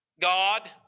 God